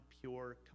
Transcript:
pure